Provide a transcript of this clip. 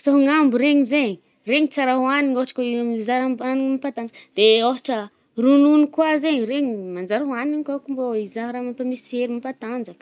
sahognambo regny zay e, regny tsara ohanigny ôhatra kà izaha raha mpa-mampatanjaka. De ôhatra ronono koà zay, regny manjary ohanigny koà ko mbô izah raha mampamisy hery, mampatanjaka.